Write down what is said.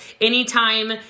anytime